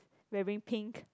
wearing pink